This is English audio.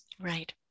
Right